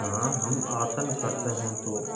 हाँ हम आसन करते हैं तो